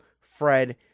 Fred